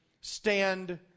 Stand